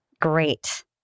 great